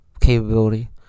capability